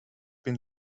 been